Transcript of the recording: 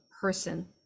person